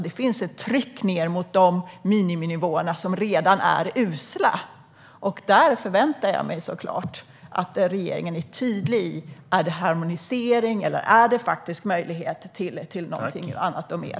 Det finns ett tryck ned mot de miniminivåer som redan är usla, och jag förväntar mig såklart att regeringen är tydlig gällande huruvida det är en harmonisering eller en faktisk möjlighet till någonting annat och mer.